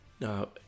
now